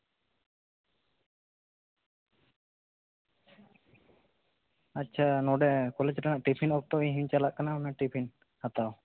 ᱟᱪᱪᱷᱟ ᱱᱚᱸᱰᱮ ᱠᱚᱞᱮᱡᱽ ᱨᱮᱱᱟᱜ ᱴᱤᱯᱷᱤᱱ ᱚᱠᱛᱚ ᱤᱧ ᱦᱟᱸᱜ ᱤᱧ ᱪᱟᱞᱟᱜ ᱠᱟᱱᱟ ᱚᱱᱟ ᱴᱤᱯᱷᱤᱱ ᱦᱟᱛᱟᱣ